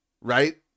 Right